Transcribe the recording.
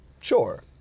Sure